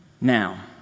Now